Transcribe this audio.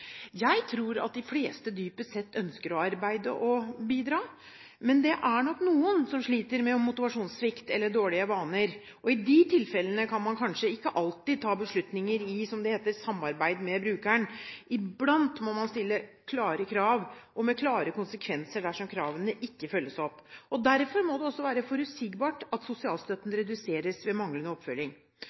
Jeg tror de fleste dypest sett ønsker å arbeide og bidra. Men det er nok noen som sliter med motivasjonssvikt eller dårlige vaner. I de tilfellene kan man kanskje ikke alltid ta beslutninger i – som det heter – samarbeid med brukeren. Iblant må man stille klare krav, og det må være klare konsekvenser dersom kravene ikke følges opp. Derfor må det også være forutsigbart at sosialstøtten reduseres ved manglende oppfølging.